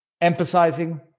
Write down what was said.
emphasizing